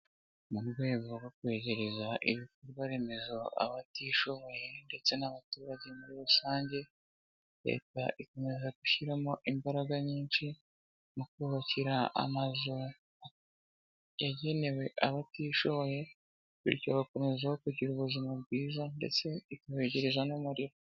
Mu rwego rwo kwegereza ibikorwa remezo abatishoboye ndetse n'abaturage muri rusange, leta ikomeza gushyiramo imbaraga nyinshi mu kubakira amazu yagenewe abatishoboye, bityo bakomeza kugira ubuzima bwiza, ndetse ikabegereza n’umuriro.